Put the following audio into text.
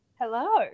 Hello